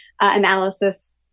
analysis